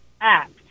act